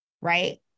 right